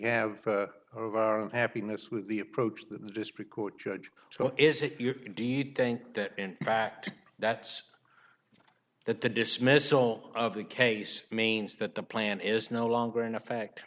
have of our own happiness with the approach that the district court judge so is it your indeed think that in fact that that the dismissal of the case means that the plan is no longer in effect